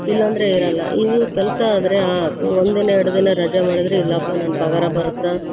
ಇಲ್ಲಾಂದ್ರೆ ಇರೋಲ್ಲ ಇದು ಕೆಲಸ ಆದರೆ ಆಯ್ತು ಒಂದಿನ ಎರಡು ದಿನ ರಜೆ ಮಾಡಿದ್ರೆ ಇಲ್ಲಪ್ಪ ನನ್ನ ಪಗಾರ ಬರತ್ತೆ